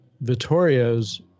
Vittorio's